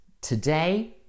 today